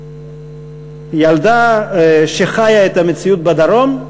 ילדה שחיה את המציאות בדרום,